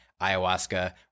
ayahuasca